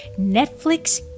Netflix